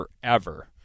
forever